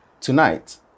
Tonight